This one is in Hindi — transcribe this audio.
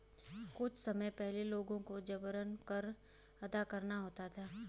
कुछ समय पहले लोगों को जबरन कर अदा करना होता था